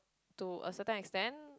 to a certain extend